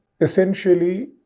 essentially